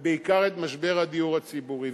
ובעיקר את משבר הדיור הציבורי,